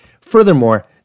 Furthermore